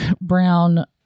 brown